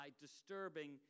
disturbing